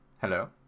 Hello